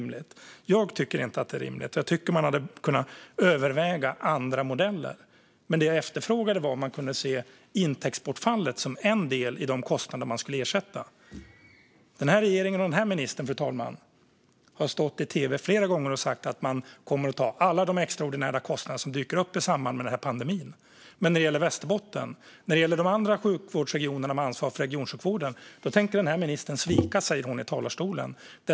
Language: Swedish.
Jag tycker inte att det är rimligt. Man hade kunnat överväga andra modeller. Men det jag efterfrågade var om man kunde se intäktsbortfallet som en del i de kostnader man skulle ersätta. Fru talman! Den har regeringen och den här ministern har stått i tv flera gånger och sagt att man kommer att ta alla de extraordinära kostnader som dyker upp i samband med pandemin. Men när det gäller Västerbotten och de andra sjukvårdsregionerna med ansvar för regionsjukvården tänker ministern svika, säger hon i talarstolen.